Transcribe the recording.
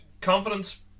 confidence